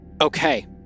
Okay